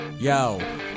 Yo